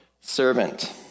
servant